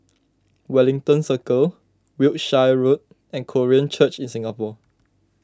Wellington Circle Wiltshire Road and Korean Church in Singapore